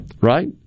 right